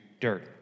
dirt